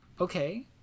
Okay